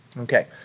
okay